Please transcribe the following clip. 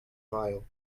file